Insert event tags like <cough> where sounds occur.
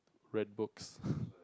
read books <laughs>